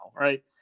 right